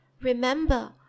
Remember